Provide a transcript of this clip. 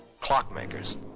clockmakers